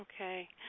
okay